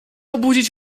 obudzić